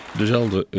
dezelfde